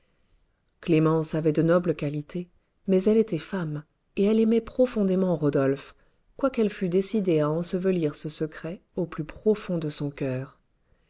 clémence avait de nobles qualités mais elle était femme et elle aimait profondément rodolphe quoiqu'elle fût décidée à ensevelir ce secret au plus profond de son coeur